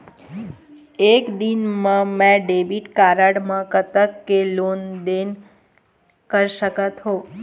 एक दिन मा मैं डेबिट कारड मे कतक के लेन देन कर सकत हो?